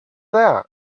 that